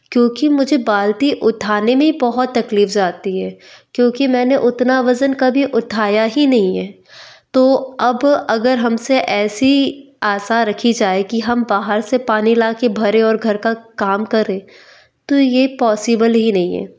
क्योंकि मुझे बाल्टी उठाने में ही बहुत तकलीफ़ आती है क्योंकि मैंने उतना वज़न कभी उठाया ही नहीं है तो अब अगर हमसे ऐसी आशा रखी जाए कि हम बाहर से पानी लाकर भरें और घर का काम करें तो यह पॉसिबल ही नहीं है